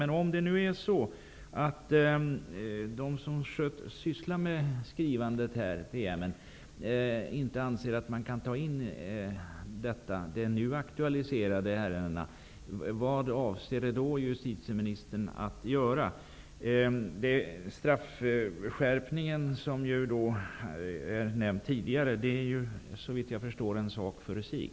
Men vad avser justitieministern att göra om de som sysslar med lagskrivning inte anser att de kan ta hänsyn till de nu aktualiserade ärendena? Den straffskärpning som nämndes tidigare är, såvitt jag förstår, en sak för sig.